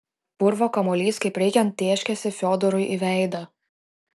purvo kamuolys kaip reikiant tėškėsi fiodorui į veidą